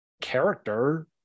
character